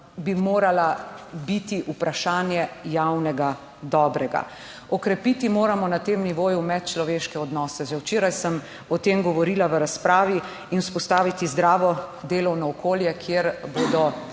bi morala biti vprašanje javnega dobrega. Okrepiti moramo na tem nivoju medčloveške odnose, že včeraj sem o tem govorila v razpravi. In vzpostaviti zdravo delovno okolje, kjer bodo